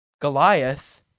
Goliath